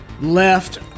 left